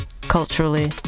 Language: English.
culturally